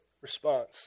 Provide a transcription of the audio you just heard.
response